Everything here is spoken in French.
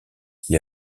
qui